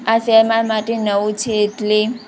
આ શહેર મારા માટે નવું છે એટલે